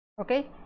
okay